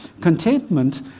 Contentment